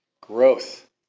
Growth